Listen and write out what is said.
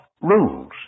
rules